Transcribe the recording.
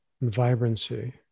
vibrancy